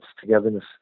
togetherness